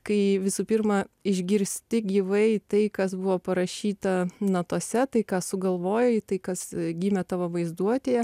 kai visų pirma išgirsti gyvai tai kas buvo parašyta natose tai ką sugalvojai tai kas gimė tavo vaizduotėje